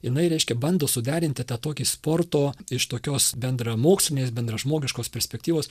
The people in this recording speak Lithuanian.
jinai reiškia bando suderinti tą tokį sporto iš tokios bendramokslinės bendražmogiškos perspektyvos